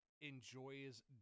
enjoys